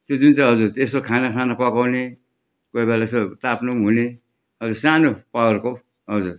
त्यो जुन चाहिँ हजुर यस्तो खाना खाना पकाउने कोही बेला यस्तो ताप्नु नि हुने हजुर सानो प्रकारको हजुर